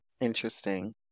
Interesting